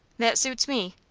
that suits me.